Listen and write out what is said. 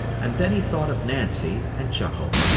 and then he thought of nancy, and chuckled.